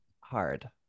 hard